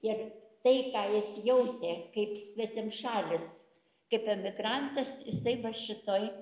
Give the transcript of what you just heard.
ir tai ką jis jautė kaip svetimšalis kaip emigrantas jisai va šitoj